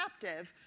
captive